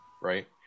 Right